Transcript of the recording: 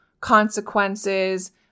consequences